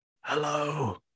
Hello